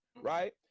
right